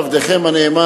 עבדכם הנאמן,